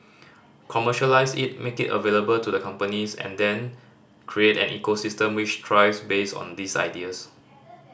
commercialise it make it available to the companies and then create an ecosystem which thrives based on these ideas